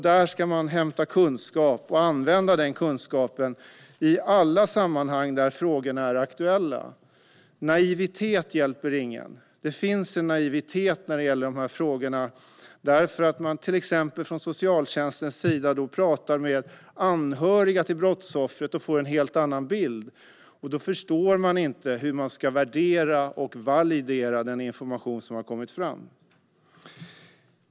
Där ska vi inhämta kunskap och använda den i alla sammanhang där frågorna är aktuella. Naivitet hjälper ingen. Det finns en naivitet i dessa frågor. Det kan till exempel vara så att socialtjänsten pratar med anhöriga till brottsoffret och får en helt annan bild. Då förstår man inte hur man ska värdera och validera den information som har kommit fram.